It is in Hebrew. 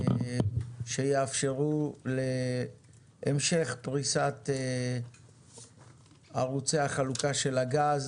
שיאפשרו להמשך פריסת ערוצי החלוקה של הגז